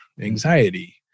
anxiety